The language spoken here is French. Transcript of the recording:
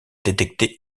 détecté